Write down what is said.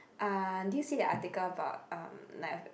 uh do you see the article about um like